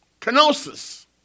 kenosis